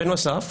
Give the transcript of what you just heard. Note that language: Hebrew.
בנוסף,